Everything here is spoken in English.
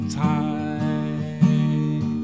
time